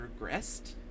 regressed